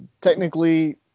technically